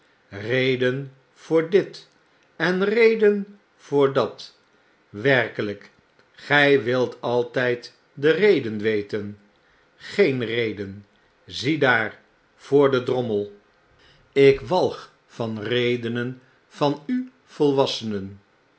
reden voor dit en reden voor dat werkelijk gy wilt altijd de reden weten geen reden ziedaar voor den drommell ik walg van de redenen van u volwassenen